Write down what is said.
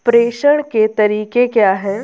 प्रेषण के तरीके क्या हैं?